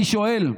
אני שואל,